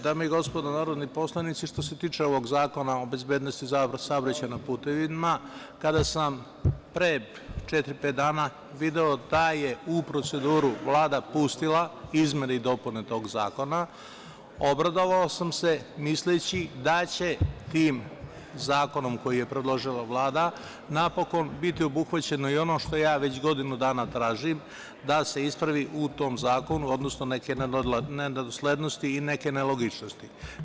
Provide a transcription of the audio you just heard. Dame i gospodo narodni poslanici, što se tiče ovog zakona o bezbednosti saobraćaja na putevima, kada sam pre četiri-pet dana video da je u proceduru Vlada pustila izmene i dopune tog zakona, obradovao sam se, misleći da će tim zakonom koji je predložila Vlada napokon biti obuhvaćeno i ono što ja već godinu dana tražim da se ispravi u tom zakonu, odnosno neke nedoslednosti i neke nelogičnosti.